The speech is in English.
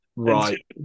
Right